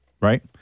right